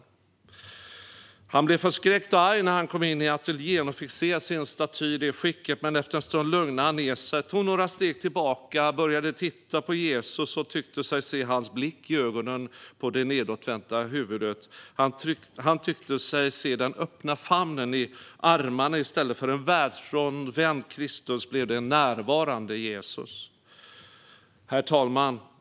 Thorvaldsen blev förskräckt och arg när han kom in i ateljén och fick se sin staty i detta skick. Men efter en stund lugnade han ned sig. Han tog några steg tillbaka, började titta på Jesus och tyckte sig se hans blick i ögonen på det nedåtvända huvudet. Han tyckte sig se den öppna famnen i armarna. I stället för en världsfrånvänd Kristus blev det en närvarande Jesus. Herr talman!